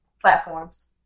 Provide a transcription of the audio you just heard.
platforms